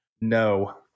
No